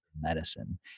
medicine